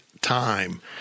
time